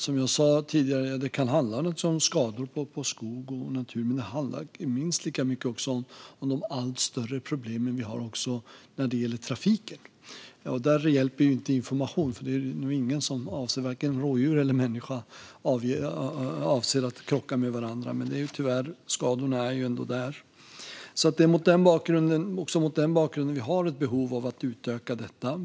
Som jag sa tidigare kan det handla om skador på skog och natur, men det handlar minst lika mycket om de allt större problem vi har när det gäller trafiken. Där hjälper ju inte information, för det är nog inga rådjur eller människor som avser att krocka med varandra. Skadorna finns dock tyvärr ändå där. Det är också mot den bakgrunden vi har ett behov av att utöka detta.